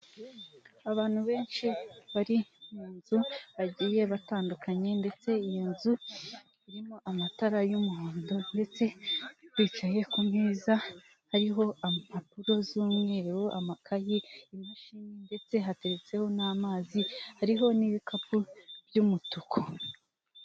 Abantu benshi bari mu nzu bagiye batandukanye, ndetse iyo nzu irimo amatara y'umuhondo, ndetse bicaye ku meza hari impapuro z'umweru, amakayi, imashini ndetse hateretseho n'amazi hariho n'ibikapu by'umutuku.